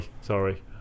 Sorry